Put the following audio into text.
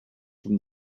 from